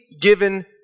given